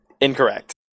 Incorrect